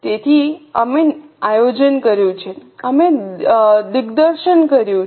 તેથી અમે આયોજન કર્યું છે અમે દિગ્દર્શન કર્યું છે